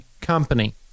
company